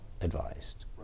advised